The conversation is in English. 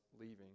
leaving